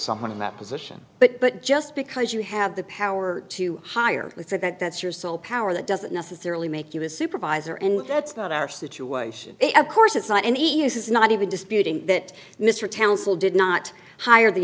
someone in that position but but just because you have the power to hire said that that's your sole power that doesn't necessarily make you a supervisor and that's not our situation of course it's not any is not even disputing that mr townsell did not hire the